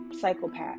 psychopath